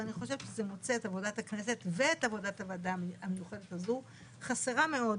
ואני חושבת שזה מוצא את עבודת הכנסת ואת עבודת הוועדה חסרה מאוד.